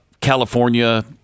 California